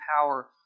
power